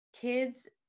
kids